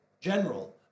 general